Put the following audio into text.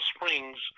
Springs